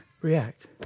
react